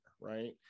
right